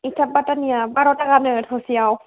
इथा फाथानिया बारा थाङा नो थरसेयाव